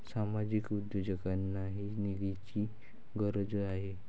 सामाजिक उद्योगांनाही निधीची गरज आहे